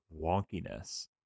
wonkiness